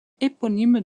éponyme